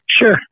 sure